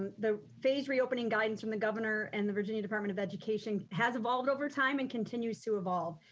and the phase reopening guidance from the governor and the virginia department of education, has evolved over time and continues to evolve.